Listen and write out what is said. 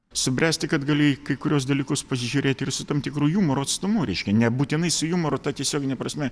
subręsti kad gali į kai kuriuos dalykus pasižiūrėti ir su tam tikru jumoro atstumu reiškia nebūtinai su jumoru ta tiesiogine prasme